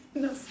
who knows